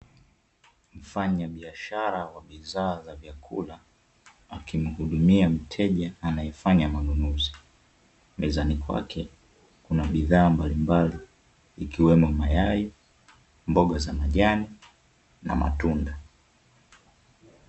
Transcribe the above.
Mfanyabiashara wa bidhaa za vyakula akimuhudumia mteja anaefanya manunuzi, mezani kwake kuna bidhaa mbalimbali zikiwemo mayai, mboga za majani na matunda.